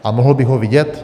A mohl bych ho vidět?